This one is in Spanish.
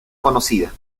conocida